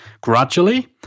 gradually